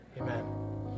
amen